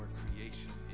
creation